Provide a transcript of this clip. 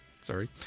Sorry